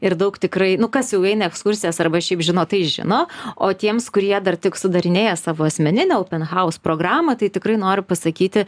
ir daug tikrai nu kas jau eina į ekskursijas arba šiaip žino tai žino o tiems kurie dar tik sudarinėja savo asmeninę open house programą tai tikrai noriu pasakyti